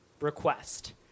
request